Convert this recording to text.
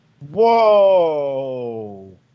Whoa